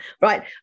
right